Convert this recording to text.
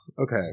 okay